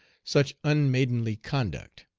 such unmaidenly conduct.